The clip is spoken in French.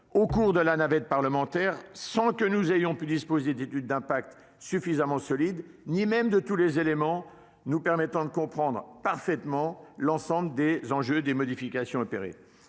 au cours de la navette parlementaire, sans que nous ayons pu disposer d'études d'impact suffisamment solides ni même de tous les éléments nous permettant de comprendre parfaitement l'ensemble des enjeux des modifications opérées.